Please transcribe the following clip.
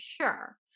sure